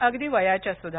अगदी वयाच्या सुद्धा